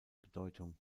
bedeutung